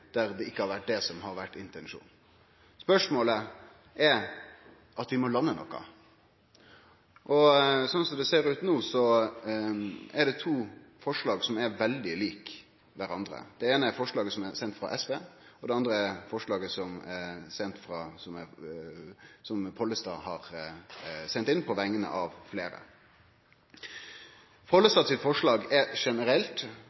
der det ikkje har vore intensjonen. Saka er at vi må lande noko. Slik som det ser ut no, er det to forslag som er veldig like kvarandre. Det eine er forslaget frå SV, og det andre er forslaget frå Pollestad på vegner av fleire. Pollestads forslag er generelt, men da med den setninga om påbod av redningsvest, som det som blei utheva. SVs forslag har ei understreking av